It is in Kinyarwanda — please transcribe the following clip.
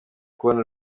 kubona